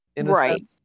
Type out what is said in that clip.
Right